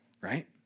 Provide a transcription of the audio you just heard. right